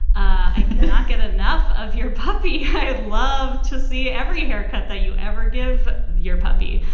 i i get enough of your puppy. i'd love to see every haircut that you ever give your puppy.